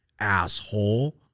asshole